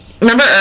remember